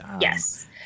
Yes